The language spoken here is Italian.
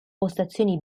postazioni